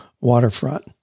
waterfront